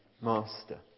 master